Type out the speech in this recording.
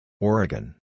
Oregon